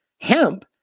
Hemp